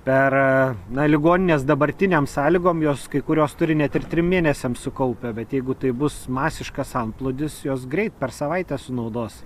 per na ligoninės dabartinėm sąlygom jos kai kurios turi net ir trim mėnesiam sukaupę bet jeigu tai bus masiškas antplūdis jos greit per savaitę sunaudos